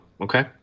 Okay